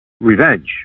revenge